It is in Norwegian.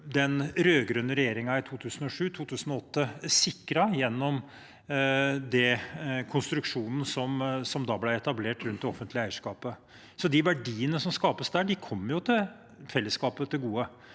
den rød-grønne regjeringen i 2007/2008 sikret gjennom den konstruksjonen som da ble etablert i det offentlige eierskapet. De verdiene som skapes der, kommer jo fellesskapet til gode